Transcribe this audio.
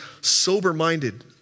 sober-minded